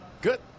Good